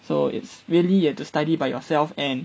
so it's really have to study by yourself and